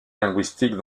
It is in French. linguistique